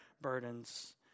burdens